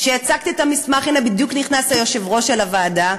הנה בדיוק נכנס יושב-ראש הוועדה,